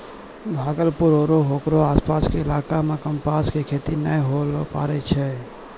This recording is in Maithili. भागलपुर आरो हेकरो आसपास के इलाका मॅ कपास के खेती नाय होय ल पारै छै